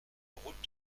route